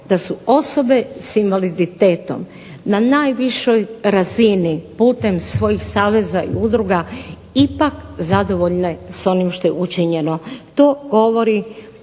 da su osobe s invaliditetom na najvišoj razini putem svojih saveza i udruga ipak zadovoljne s onim što je učinjeno. To govori